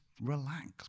relax